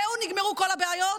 זהו, נגמרו כל הבעיות?